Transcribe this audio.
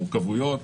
המורכבויות,